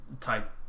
type